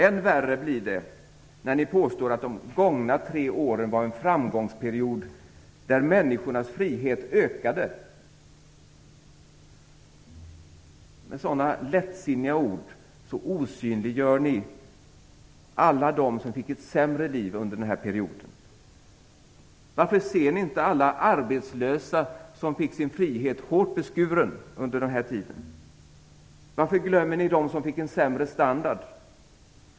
Än värre blir det när ni påstår att de gångna tre åren var en framgångsperiod där människornas frihet ökade. Med sådana lättsinniga ord osynliggör ni alla dem som fick ett sämre liv under den här perioden. Varför ser ni inte alla arbetslösa som fick sin frihet hårt beskuren under den här tiden? Varför glömmer ni dem som fick en sämre standard?